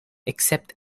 except